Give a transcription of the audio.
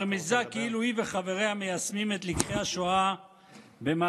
הרמיזה כאילו היא וחבריה מיישמים את לקחי השואה במאבקם